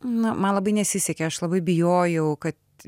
na man labai nesisekė aš labai bijojau kad